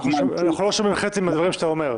אנחנו לא שומעים חצי מהדברים שאתה אומר.